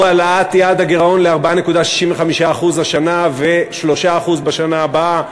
הוא העלאת יעד הגירעון ל-4.65% השנה ול-3% בשנה הבאה.